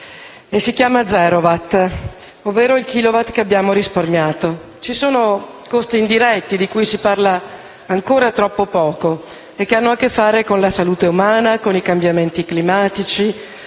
e si chiama "zerowatt", ovvero il kilowatt che abbiamo risparmiato. Ci sono costi indiretti, di cui si parla ancora troppo poco e che hanno a che fare con la salute umana, con i cambiamenti climatici,